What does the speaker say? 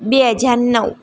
બે હજાર નવ